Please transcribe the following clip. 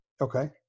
Okay